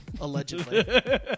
Allegedly